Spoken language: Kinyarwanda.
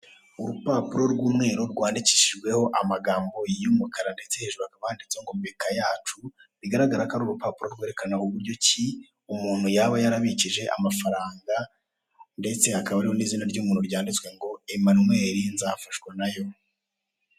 Urupapuro rw'umweru rwandikishijweho amagambo y'umukara ndetse hejuru hakaba handitseho ngo " Beka yacu", bigaragara ko ari urupapuro rwerekana uburyo ki umuntu yaba yarabikije amafaranga ndetse hakaba hariho n'izina ry'umuntu ryanditswe ngo " Emmanuel Nzafashwanayo".